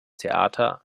theater